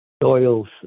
doyle's